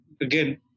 again